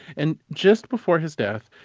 and just before his death,